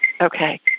Okay